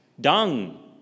dung